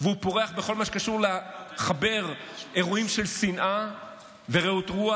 הוא פורח בכל מה שקשור לחבר אירועים של שנאה ורעות רוח,